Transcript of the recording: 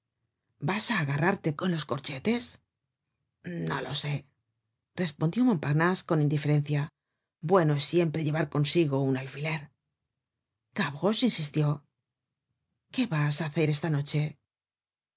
vas á agarrarte con los corchetes no lo sé respondió montparnase con indiferencia bueno es siempre llevar consigo un alfiler gavroche insistió qué vas á hacer esta noche